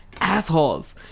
assholes